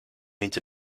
means